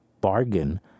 bargain